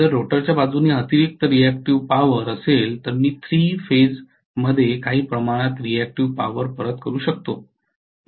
जर रोटरच्या बाजूला अतिरिक्त रिअॅक्टिव्ह पॉवर असेल तर मी 3 फेजमध्ये काही प्रमाणात रिअॅक्टिव्ह पॉवर परत करू शकतो